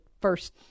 first